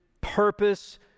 purpose